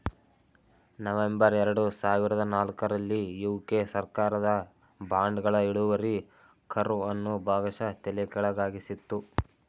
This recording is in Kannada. ನವೆಂಬರ್ ಎರಡು ಸಾವಿರದ ನಾಲ್ಕು ರಲ್ಲಿ ಯು.ಕೆ ಸರ್ಕಾರದ ಬಾಂಡ್ಗಳ ಇಳುವರಿ ಕರ್ವ್ ಅನ್ನು ಭಾಗಶಃ ತಲೆಕೆಳಗಾಗಿಸಿತ್ತು